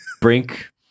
brink